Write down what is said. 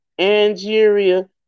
Angeria